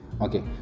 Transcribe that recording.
Okay